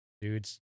dudes